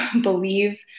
believe